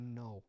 no